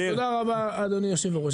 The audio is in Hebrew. תודה רבה אדוני היושב-ראש,